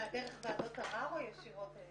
דרך ועדות ערר או ישירות?